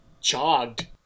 jogged